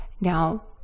Now